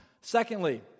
Secondly